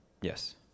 yes